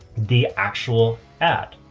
the actual ad.